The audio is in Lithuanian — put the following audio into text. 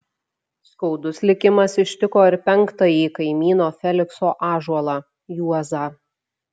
skaudus likimas ištiko ir penktąjį kaimyno felikso ąžuolą juozą